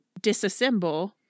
disassemble